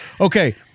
Okay